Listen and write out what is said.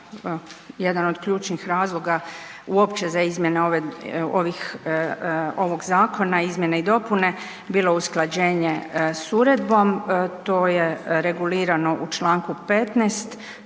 jedan od ključnih razloga uopće za izmjene ovih, ovog zakona, izmjene i dopune bilo usklađenje s uredbom. To je regulirano u čl. 15.,